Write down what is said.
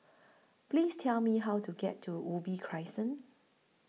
Please Tell Me How to get to Ubi Crescent